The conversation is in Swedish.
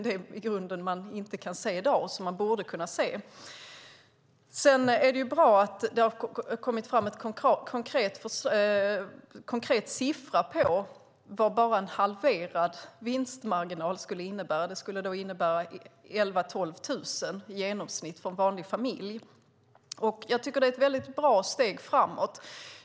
Det kan man inte se, men man borde se den. Det är bra att det har kommit fram en konkret siffra på vad en halverad vinstmarginal skulle innebära - 11 000-12 000 i genomsnitt för en vanlig familj. Det är ett bra steg framåt.